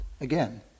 Again